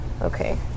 Okay